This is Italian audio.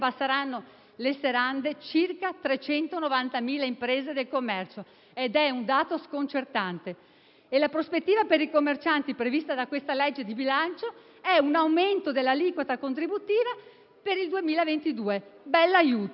le serrande circa 390.000 imprese del commercio ed è un dato sconcertante. E la prospettiva per i commercianti, prevista da questa legge di bilancio, è un aumento dell'aliquota contributiva per il 2022. Bell'aiuto.